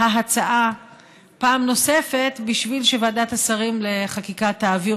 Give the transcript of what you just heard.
ההצעה פעם נוספת בשביל שוועדת השרים לחקיקה תעביר